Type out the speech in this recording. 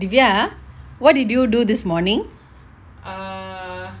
dyvia what did you do this morning